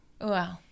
Wow